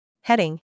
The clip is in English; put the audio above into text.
Heading